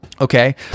Okay